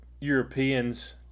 Europeans